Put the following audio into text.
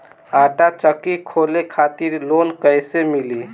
आटा चक्की खोले खातिर लोन कैसे मिली?